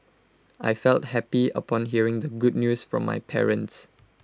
I felt happy upon hearing the good news from my parents